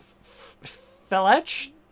Fletch